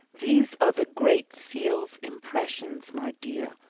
these are the great seal's impressions, my dear,